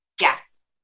Yes